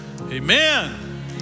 amen